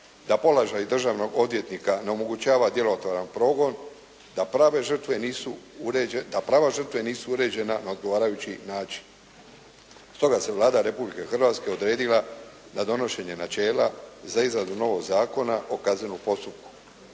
da položaj državnog odvjetnika ne omogućava djelotvoran progon, da prave žrtve nisu, da prava žrtve nisu uređena na odgovarajući način. Stoga se Vlada Republike Hrvatske odredila na donošenje načela za izradu novog Zakona o kaznenom postupku.